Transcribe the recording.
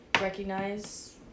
recognize